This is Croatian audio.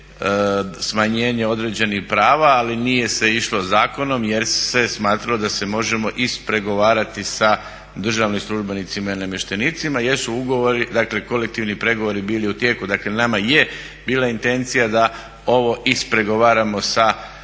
smanjenje određenih prava ali nije se išlo zakonom jer se smatralo da se možemo ispregovarati sa državnim službenicima i namještenicima jer su ugovori, dakle kolektivni pregovori bili u tijeku. Dakle nama je bila intencija da ovo ispregovaramo sa